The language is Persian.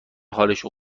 حالشون